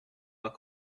pas